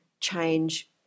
change